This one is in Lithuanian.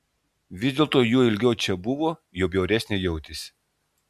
vis dėlto juo ilgiau čia buvo juo bjauresnė jautėsi